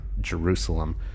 jerusalem